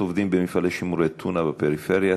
עובדים במפעלי שימורי טונה בפריפריה,